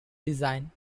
design